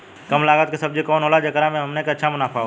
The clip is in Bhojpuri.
कम लागत के सब्जी कवन होला जेकरा में हमनी के अच्छा मुनाफा होखे?